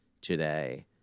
today